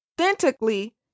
authentically